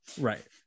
Right